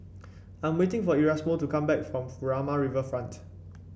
I'm waiting for Erasmo to come back from Furama Riverfront